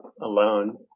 alone